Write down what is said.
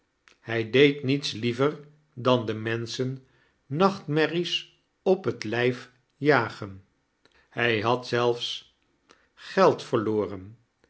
hij deed niets liever dan den menschen nachtmerries op het lijf jagen hij had zelfs geld verloren